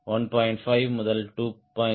5 முதல் 2